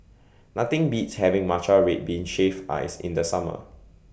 Nothing Beats having Matcha Red Bean Shaved Ice in The Summer